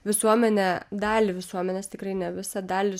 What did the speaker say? visuomenę dalį visuomenės tikrai ne visą dalį